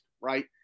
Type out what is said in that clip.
right